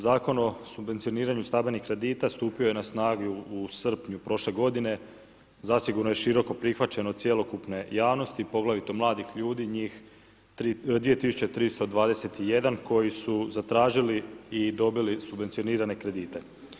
Zakon o subvencioniranju stambenih kredita stupio je na snagu u srpnju prošle godine zasigurno je široko prihvaćen od cjelokupne javnosti, poglavito mladih ljudi njih 2321 koji su zatražili i dobili subvencionirane kredite.